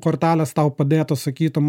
kortelės tau padėtų sakytų